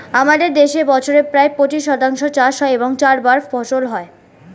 আমাদের দেশে বছরে প্রায় পঁচিশ শতাংশ চাষ হয় এবং চারবার ফসল হয়